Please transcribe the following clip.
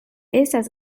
estas